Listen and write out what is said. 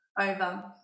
over